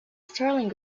sterling